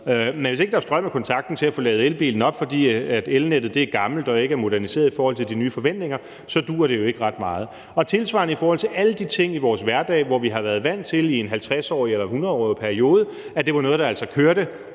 men hvis ikke der er strøm i kontakten til at få ladet elbilen op, fordi elnettet er gammelt og ikke er moderniseret i forhold til de nye forventninger, duer det jo ikke til ret meget. Tilsvarende gælder det alle de ting i vores hverdag, hvor vi har været vant til i en 50-årig eller 100-årig periode, at det har været noget, der altså kørte